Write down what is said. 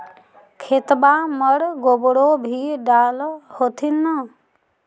खेतबा मर गोबरो भी डाल होथिन न?